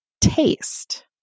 taste